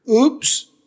Oops